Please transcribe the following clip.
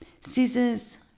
scissors